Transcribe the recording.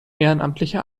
ehrenamtliche